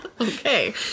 Okay